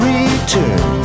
Return